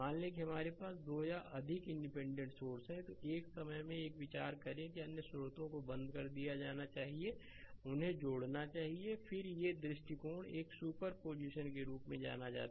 मान लें कि हमारे पास 2 या अधिक इंडिपेंडेंट सोर्स हैं तो एक समय में एक विचार करें कि अन्य स्रोतों को बंद कर दिया जाना चाहिए और उन्हें जोड़ना चाहिए फिर ये दृष्टिकोण एक सुपर पोजीशन के रूप में जाना जाता है